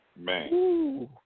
Man